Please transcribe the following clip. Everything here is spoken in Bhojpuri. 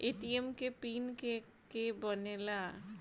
ए.टी.एम के पिन के के बनेला?